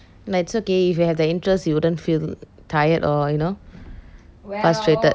but it's okay if you have the interest you wouldn't feel tired or you know frustrated